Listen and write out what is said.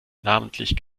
namentlich